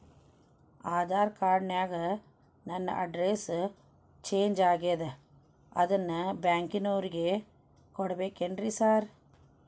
Aadhaar card ನ್ಯಾಗ ನನ್ address change ಆಗ್ಯಾದ ಅದನ್ನ ಬ್ಯಾಂಕಿನೊರಿಗೆ ಕೊಡ್ಬೇಕೇನ್ರಿ ಸಾರ್?